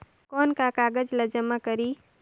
कौन का कागज ला जमा करी?